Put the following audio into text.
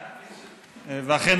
ואכן,